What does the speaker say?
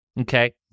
Okay